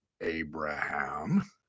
Abraham